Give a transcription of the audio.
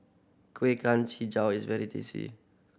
kueh is very tasty